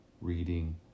reading